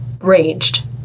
raged